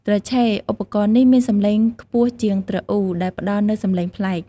ទ្រឆេ ឧបករណ៍នេះមានសំឡេងខ្ពស់ជាងទ្រអ៊ូ ដែលផ្តល់នូវសម្លេងប្លែក។